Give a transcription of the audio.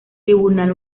tribunal